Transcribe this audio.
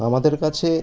আমাদের কাছে